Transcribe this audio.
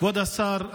כבוד השר,